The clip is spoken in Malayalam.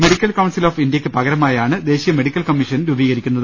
മെഡിക്കൽ കൌൺസിൽ ഓഫ് ഇന്ത്യയ്ക്ക് പകരമായാണ് ദേശീയ മെഡിക്കൽ കമ്മി ഷൻ രൂപീകരിക്കുന്നത്